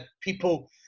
people